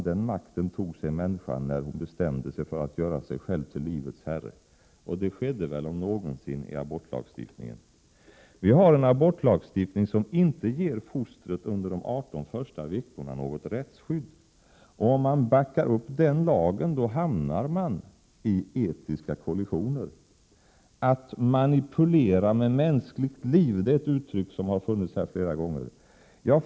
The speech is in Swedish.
Den makten tog sig människan då hon bestämde sig för att göra sig själv till livets herre, fru talman. Det skedde, om någonsin, då riksdagen fattade beslut om införandet av abortlagen. Vår abortlagstiftning ger inte fostret något rättsskydd under dessa första 18 veckor. Om man ställer sig bakom den lagen hamnar man i etiska kollisioner. Att manipulera med mänskligt liv är ett uttryck som har förekommit flera gånger.